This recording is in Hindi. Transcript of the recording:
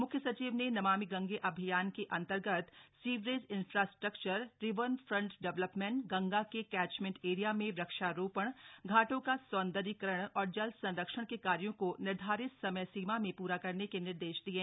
म्ख्य सचिव ने नमामि गंगे अभियान के अन्तर्गत sewerage infrastructure river front development Ganga के कैचमेंट एरिया में वृक्षारोपण घाटों का सौन्दर्यीकरण और जल संरक्षण के कार्यो को निर्धारित समयसीमा में पूरा करने के निर्देश दिये